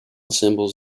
symbols